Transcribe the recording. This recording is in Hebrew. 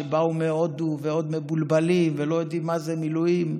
שבאו מהודו ועוד מבולבלים ולא יודעים מה זה מילואים.